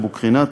אבו-קרינאת,